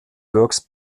works